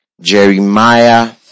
Jeremiah